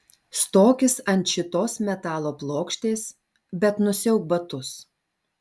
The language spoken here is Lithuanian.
stokis ant šitos metalo plokštės bet nusiauk batus